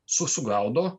su sugaudo